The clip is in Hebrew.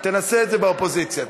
תנסה את זה באופוזיציה.